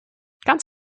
ganz